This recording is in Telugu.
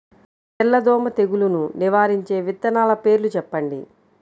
తెల్లదోమ తెగులును నివారించే విత్తనాల పేర్లు చెప్పండి?